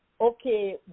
okay